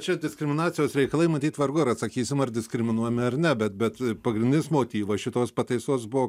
čia diskriminacijos reikalai matyt vargu ar atsakysim ar diskriminuojami ar ne bet bet pagrindinis motyvas šitos pataisos buvo